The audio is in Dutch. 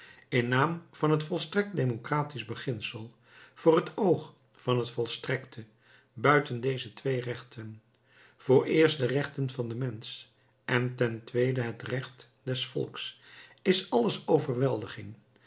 in naam van het volstrekt democratisch beginsel voor het oog van het volstrekte buiten deze twee rechten vooreerst de rechten van den mensch en ten tweede het recht des volks is alles overweldiging